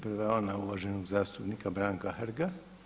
Prva je ona uvaženog zastupnika Branka Hrga.